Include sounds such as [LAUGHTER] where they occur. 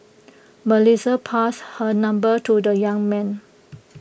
[NOISE] Melissa passed her number to the young man